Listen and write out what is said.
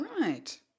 Right